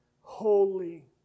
holy